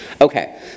Okay